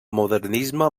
modernisme